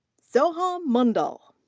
soham mandal.